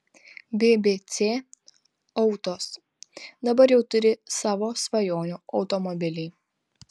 bbc autos dabar jau turi savo svajonių automobilį